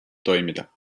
toimida